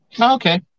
Okay